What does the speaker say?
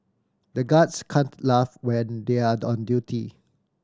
the guards can't laugh when they are on duty